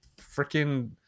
freaking